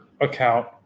account